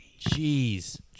Jeez